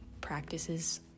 practices